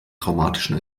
traumatischen